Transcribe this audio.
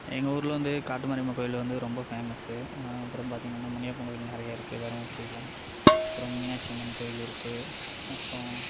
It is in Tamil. எங்கள் ஊரில் வந்து காட்டு மாரியம்மன் கோவில் வந்து ரொம்ப பேமஸ்சு அப்புறம் பார்த்தீங்கன்னா முனியப்பன் கோவில் நிறைய இருக்கு தர்மபுரியில அப்புறம் மீனாட்சி அம்மன் கோயில் இருக்கு அப்புறம்